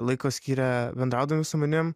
laiko skyrė bendraudami su manim